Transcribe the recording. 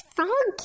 Frog